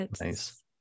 Nice